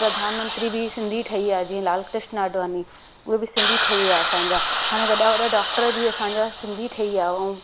प्रधानमंत्री बि सिंधी ठही विया जीअं लाल कृष्ण अडवानी उहे बि सिंधी ठही विया असांजा हाणे वॾा वॾा डॉक्टर बि असांजा सिंधी ठही विया ऐं